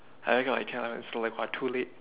cannot it's like what too late